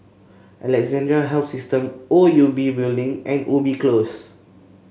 Alexandra Health System O U B Building and Ubi Close